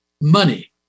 Money